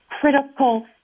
critical